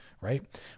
right